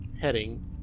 heading